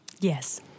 Yes